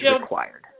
required